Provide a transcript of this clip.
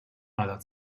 aller